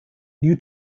new